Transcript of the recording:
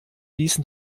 ließen